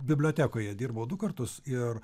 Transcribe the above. bibliotekoje dirbau du kartus ir